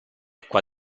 qua